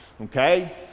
okay